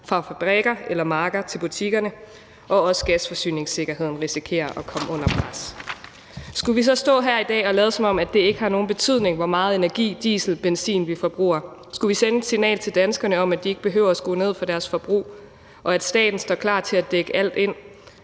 fra fabrikker eller marker til butikkerne. Og også gasforsyningssikkerheden risikerer at komme under pres. Skulle vi så stå her i dag og lade, som om det ikke har nogen betydning, hvor meget energi, diesel og benzin vi forbruger? Skulle vi sende et signal til danskerne om, at de ikke behøver at skrue ned for deres forbrug, og at staten står klar til at dække alt ind;